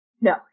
No